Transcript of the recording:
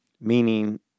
Meaning